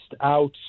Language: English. out